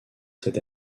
cette